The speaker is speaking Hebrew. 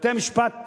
בתי-המשפט